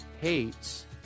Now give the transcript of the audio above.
hates